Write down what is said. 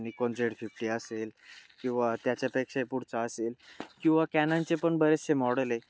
Nikon Z fifty असेल किंवा त्याच्यापेक्षाही पुढचा असेल किंवा कॅननचे पण बरेचसेे मॉडेल आहे